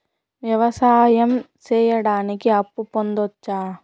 వ్యవసాయం సేయడానికి అప్పు పొందొచ్చా?